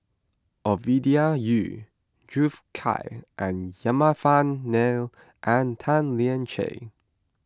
Ovidia Yu Juthika Ramanathan and Tan Lian Chye